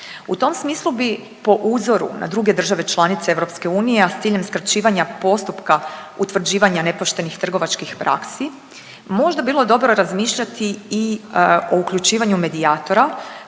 U tom smislu bi po uzoru na druge države članice EU, a s ciljem skraćivanja postupka utvrđivanja nepoštenih trgovačkih praksi možda bilo dobro razmišljati i o uključivanju medijatora